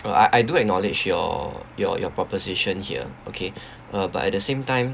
uh I I do acknowledge your your your proposition here okay uh but at the same time